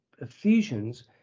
Ephesians